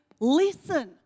listen